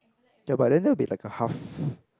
ya but then that will be like a half